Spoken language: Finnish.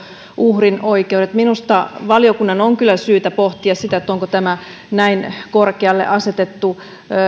uhrin oikeudet minusta valiokunnan on kyllä syytä pohtia onko tämä näin korkealle asetettu